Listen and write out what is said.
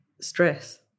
stress